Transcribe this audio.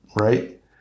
right